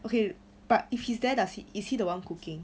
okay but if he's there does he is he the one cooking